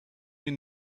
you